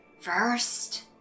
first